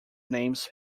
names